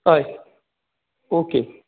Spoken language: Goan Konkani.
हय ओके